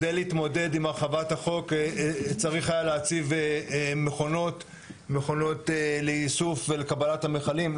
כדי להתמודד עם הרחבת החוק צריך היה להציב מכונות לאיסוף ולקבלת המכלים.